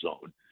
zone